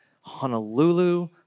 Honolulu